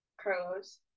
Carlos